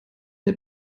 der